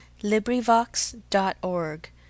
LibriVox.org